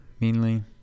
Meanly